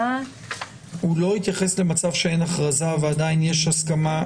הוא לא התייחס למצב שאין הכרזה ועדיין יש הסכמה?